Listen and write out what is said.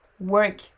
work